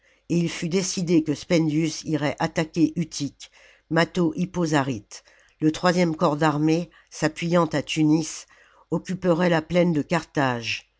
et if fut décidé que spendius irait attaquer utique mâtho hippozaryte le troisième corps d'armée s'appuyant à tunis occuperait la plaine de carthage